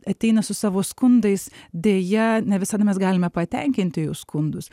ateina su savo skundais deja ne visada mes galime patenkinti jų skundus